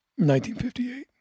1958